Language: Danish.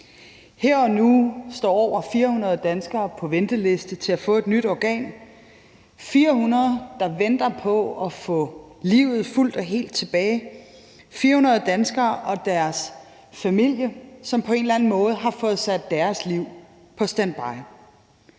Her og nu står over 400 danskere på venteliste til at få et nyt organ – 400, der venter på at få livet fuldt og helt tilbage, 400 danskere og deres familier, som på en eller anden måde har fået sat deres liv på standby.